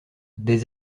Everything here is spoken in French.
des